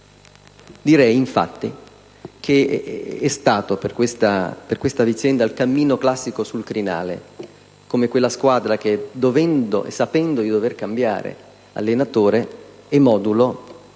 Direi infatti che, per questa vicenda, è stato il cammino classico sul crinale, come quella squadra che, sapendo di dover cambiare allenatore e modulo, gioca